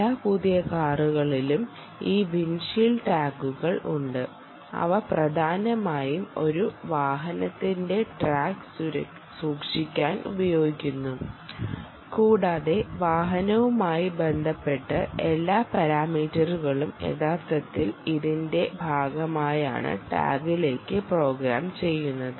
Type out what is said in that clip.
എല്ലാ പുതിയ കാറുകളിലും ഈ വിൻഡ്ഷീൽഡ് ടാഗുകൾ ഉണ്ട് അവ പ്രധാനമായും ഒരു വാഹനത്തിന്റെ ട്രാക്ക് സൂക്ഷിക്കാൻ ഉപയോഗിക്കുന്നു കൂടാതെ വാഹനവുമായി ബന്ധപ്പെട്ട എല്ലാ പാരാമീറ്ററുകളും യഥാർത്ഥത്തിൽ ഇതിന്റെ ഭാഗമായാണ് ടാഗിലേക്ക് പ്രോഗ്രാം ചെയ്യുന്നത്